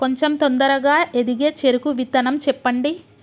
కొంచం తొందరగా ఎదిగే చెరుకు విత్తనం చెప్పండి?